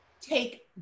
take